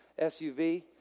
SUV